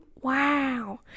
wow